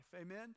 Amen